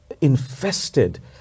infested